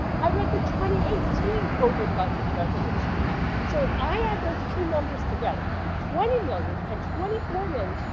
i read the twenty eighteen over budget resolution so if i had those two numbers together twenty million and twenty four million,